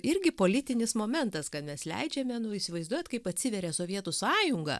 irgi politinis momentas kad mes leidžiame nu įsivaizduojat kaip atsiveria sovietų sąjunga